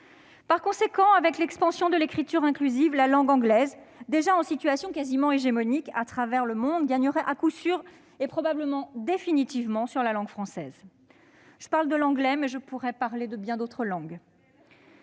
Par conséquent, avec l'expansion de l'écriture inclusive, la langue anglaise, déjà en situation quasiment hégémonique à travers le monde, gagnerait à coup sûr et probablement définitivement sur la langue française. Je parle de l'anglais, mais je pourrais parler de bien d'autres langues.